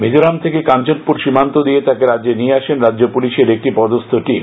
মিজোরাম থেকে কাঞ্চনপুর সীমান্ত দিয়ে তাকে রাজ্যে নিয়ে আসেন রাজ্য পুলিশের একটি পদস্থ টিম